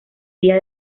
día